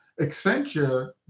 Accenture